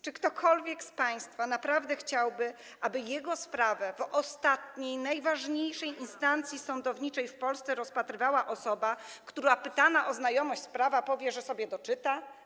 Czy ktokolwiek z państwa chciałby, aby jego sprawę w ostatniej, najważniejszej instancji sądowniczej w Polsce, rozpatrywała osoba, która pytana o znajomość prawa powie, że sobie doczyta?